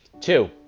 Two